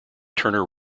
turner